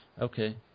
Okay